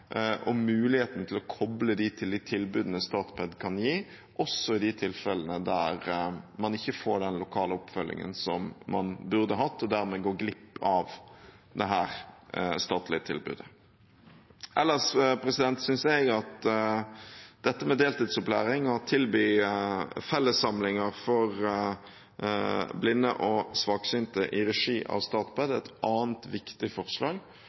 og muligheten for å koble dem til de tilbudene Statped kan gi – også i de tilfellene der man ikke får den lokale oppfølgingen som man burde hatt, og dermed går glipp av dette statlige tilbudet. Ellers synes jeg det med deltidsopplæring og å tilby fellessamlinger for blinde og svaksynte i regi av Statped er et annet viktig forslag,